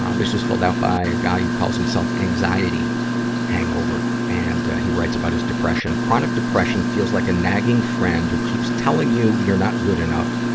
um this is filled out by a guy who calls himself anxiety hangover. and, ah, he writes about his depression chronic depression feels like a nagging friend who keeps telling you you're not good enough,